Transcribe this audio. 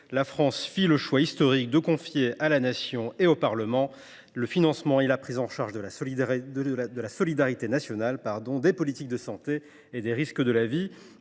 la France fit le choix historique de confier à la Nation et au Parlement le financement et la prise en charge de la solidarité nationale, des politiques de santé et des risques de la vie.